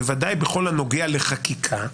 בוודאי בכל הנוגע לחקיקה,